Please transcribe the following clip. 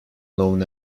known